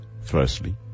Firstly